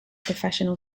professional